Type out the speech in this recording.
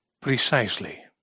precisely